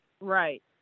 Right